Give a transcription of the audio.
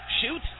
Shoot